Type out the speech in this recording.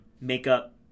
makeup